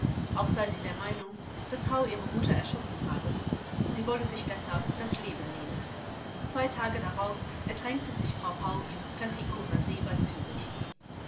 auch sei sie der meinung daß hau ihre mutter erschossen habe sie wolle sich deshalb das leben nehmen zwei tage darauf ertränkte sich frau hau im pfäffikoner see bei